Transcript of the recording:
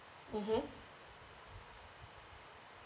mmhmm